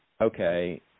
okay